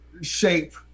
shape